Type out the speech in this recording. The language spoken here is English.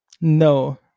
No